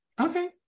Okay